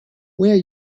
where